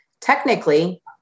Technically